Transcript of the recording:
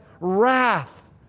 wrath